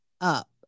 up